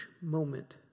moment